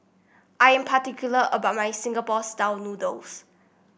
I am particular about my Singapore style noodles